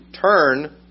turn